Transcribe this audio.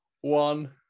one